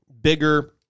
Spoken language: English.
bigger